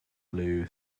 blue